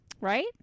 Right